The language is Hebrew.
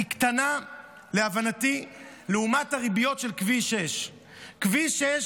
היא קטנה להבנתי לעומת הריביות של כביש 6. כביש 6,